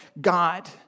God